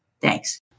Thanks